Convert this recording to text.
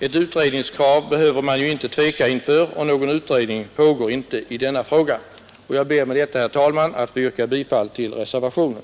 Ett utredningskrav behöver man ju inte tveka inför, och någon utredning pågår inte i detta ärende. Jag ber med detta, herr talman, att få yrka bifall till reservationen.